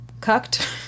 cucked